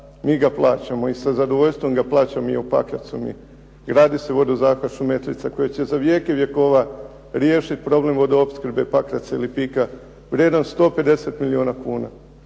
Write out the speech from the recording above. mi ga plaćamo i sa zadovoljstvom ga plaćamo i u Pakracu mi. Gradi se …/Govornik se ne razumije./… koji će za vijeke vjekova riješiti problem vodoopskrbe Pakraca i Lipika vrijedan 150 milijuna kuna.